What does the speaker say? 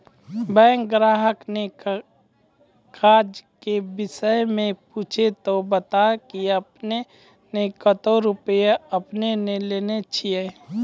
Bank ग्राहक ने काज के विषय मे पुछे ते बता की आपने ने कतो रुपिया आपने ने लेने छिए?